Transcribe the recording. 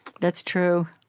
that's true.